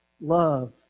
love